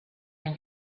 and